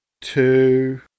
two